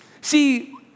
See